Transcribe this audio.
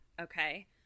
Okay